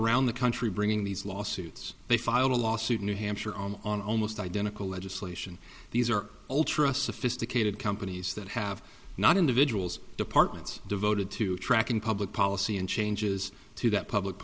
around the country bringing these lawsuits they filed a lawsuit in new hampshire on almost identical legislation these are ultra sophisticated companies that have not individuals departments devoted to tracking public policy and changes to that public